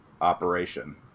operation